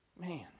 Man